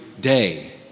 day